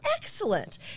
excellent